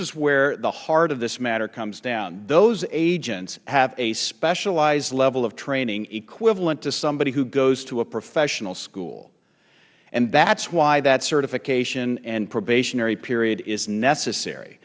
is where the heart of this matter comes down those agents have a specialized level of training equivalent to somebody who goes to a professional school that is why that certification and probationary period is necessary